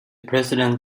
president